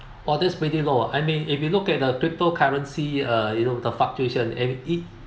orders pretty low I mean if you look at the cryptocurrency uh you know the fluctuation and it